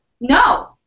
No